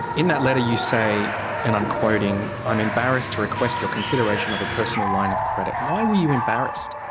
in that letter you say and i'm quoting i'm embarrassed to request your consideration of a personal line of credit. why were you embarrassed?